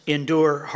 endure